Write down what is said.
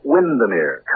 Windermere